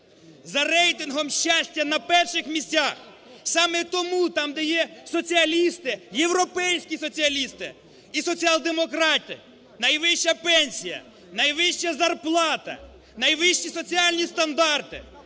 За рейтингом щастя на перших місцях. Саме тому там, де є соціалісти, європейські соціалісти і соціал-демократи найвища пенсія, найвища зарплата, найвищі соціальні стандарти.